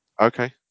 Okay